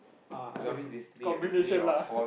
ah the combination lah